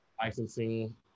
Licensing